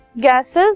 gases